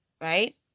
right